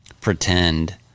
pretend